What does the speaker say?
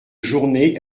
journée